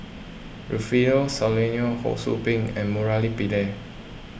Rufino Soliano Ho Sou Ping and Murali Pillai